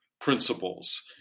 principles